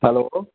hello